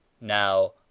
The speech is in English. Now